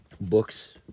books